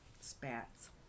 spats